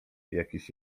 jakiś